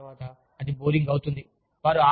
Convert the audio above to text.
కానీ ఆ తరువాత అది బోరింగ్ అవుతుంది